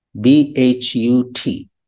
b-h-u-t